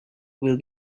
will